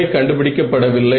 அவை கண்டுபிடிக்கப்படவில்லை